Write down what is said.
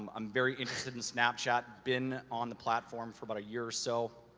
um i'm very interested in snapchat, been on the platform for about a year or so,